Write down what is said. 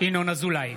ינון אזולאי,